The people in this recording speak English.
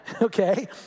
Okay